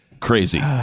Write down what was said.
Crazy